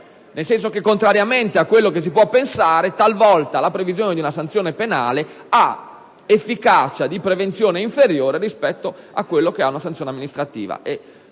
Pertanto, contrariamente a quello che si può pensare, talvolta la previsione di una sanzione penale ha una efficacia di prevenzione inferiore rispetto a quella di una sanzione amministrativa.